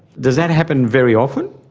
does that happen very often?